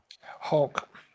hulk